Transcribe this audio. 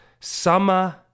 summer